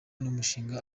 n’umushinga